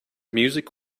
music